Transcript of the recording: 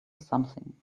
something